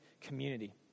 community